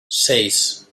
seis